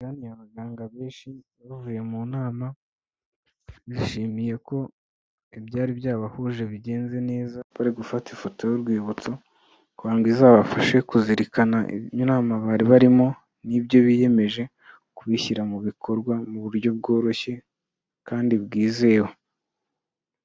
Hateraniye abaganga benshi bavuye mu nama, bishimiye ko ibyari byabahuje bigenze neza, bari gufata ifoto y'urwibutso, kugira ngo izabafashe kuzirikana inama bari barimo, n'ibyo biyemeje kubishyira mu bikorwa mu buryo bworoshye kandi bwizewe.